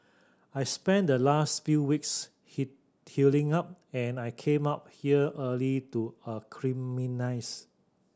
I spent the last few weeks hit healing up and I came out here early to acclimatise